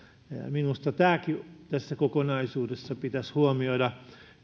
minusta tämäkin tässä kokonaisuudessa pitäisi huomioida